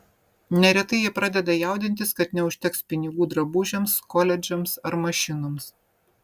neretai jie pradeda jaudintis kad neužteks pinigų drabužiams koledžams ar mašinoms